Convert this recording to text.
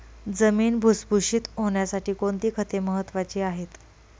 जमीन भुसभुशीत होण्यासाठी कोणती खते महत्वाची आहेत?